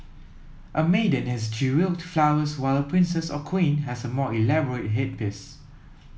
a maiden has jewelled flowers while a princess or queen has a more elaborate headpiece